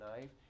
knife